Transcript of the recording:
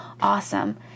awesome